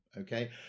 okay